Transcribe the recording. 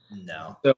no